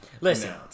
Listen